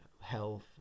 health